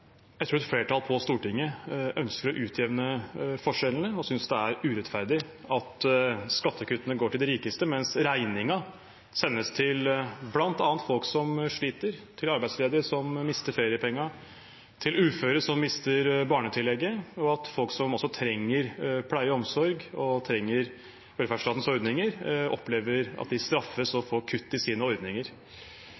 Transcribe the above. Jeg tror et flertall på Stortinget ønsker å utjevne forskjellene og synes det er urettferdig at skattekuttene går til de rikeste, mens regningen sendes bl.a. til folk som sliter, til arbeidsledige som mister feriepengene, og til uføre som mister barnetillegget, og også at folk som trenger pleie og omsorg og velferdsstatens ordninger, opplever at de straffes og